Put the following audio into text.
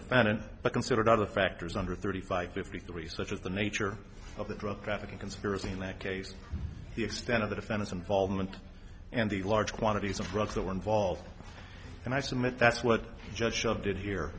defendant but considered other factors under thirty five fifty three such as the nature of the drug trafficking conspiracy in that case the extent of the defense involvement and the large quantities of drugs that were involved and i submit that's what the judge of did here